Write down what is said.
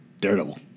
Daredevil